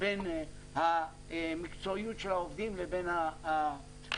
בין המקצועיות של העובדים לבין קליטתה.